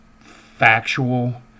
factual